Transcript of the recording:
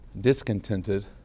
discontented